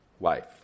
life